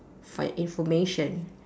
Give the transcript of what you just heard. for your information